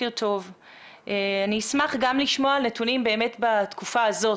אני אשמח לשמוע נתונים מהתקופה הזאת,